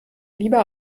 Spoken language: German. lieber